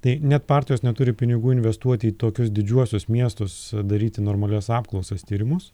tai net partijos neturi pinigų investuoti į tokius didžiuosius miestus daryti normalias apklausas tyrimus